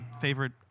favorite